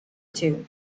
two